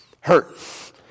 hurt